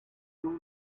long